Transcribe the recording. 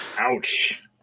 ouch